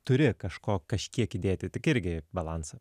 turi kažko kažkiek įdėti tik irgi balansą